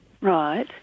Right